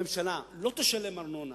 הממשלה לא תשלם ארנונה